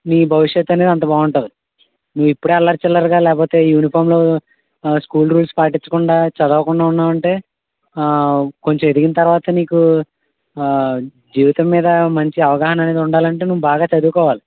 నీ భవిష్యత్ అనేది అంత బావుంటది నువ్వు ఇప్పుడే అల్లర చిల్లరగా లేకపోతే యూనిఫామ్ను స్కూల్ రూల్స్ పాటించకుండా చదవకుండా ఉన్నావంటే కొంచెం ఎదిగిన తర్వాత నీకు జీవితం మీద మంచి అవగాహన అనేది ఉండాలంటే నువ్వు బాగా చదువుకోవాలి